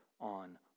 on